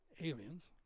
aliens